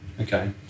Okay